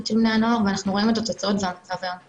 של בני הנוער ואנחנו רואים את התוצאות בשטח.